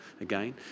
again